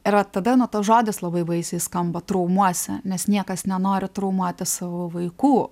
ir vat tada nu to žodis labai baisiai skamba traumuosi nes niekas nenori traumuoti savo vaikų